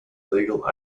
legal